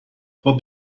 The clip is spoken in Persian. خوب